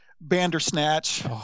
Bandersnatch